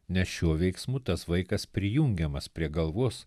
nes šiuo veiksmu tas vaikas prijungiamas prie galvos